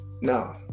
no